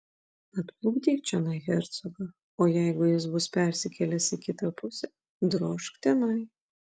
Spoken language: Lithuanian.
atplukdyk čionai hercogą o jeigu jis bus persikėlęs į kitą pusę drožk tenai